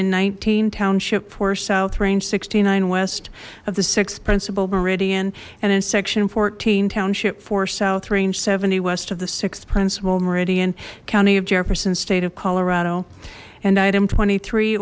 and nineteen township four south range sixty nine west of the sixth principal meridian and in section fourteen township four south range seventy west of the th principal meridian county of jefferson state of colorado and item twenty three